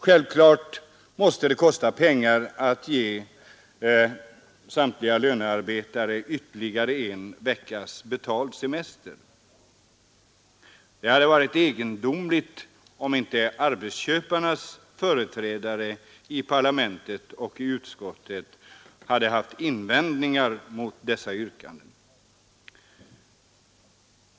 Självfallet måste det kosta pengar att ge samtliga lönearbetare ytterligare en veckas betald semester. Det hade varit egendomligt om inte arbetsköparnas företrädare i parlamentet hade haft invändningar att göra mot dessa yrkanden.